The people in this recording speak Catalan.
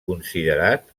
considerat